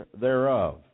thereof